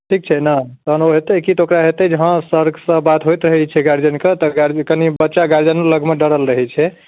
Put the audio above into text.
ठीक छै ने तहन हेतै कि तऽ ओकरा हेतै कि सरसँ बात होइत रहै छै गार्जिअनके तऽ बच्चा गार्जिअनो लगमे डरल रहै छै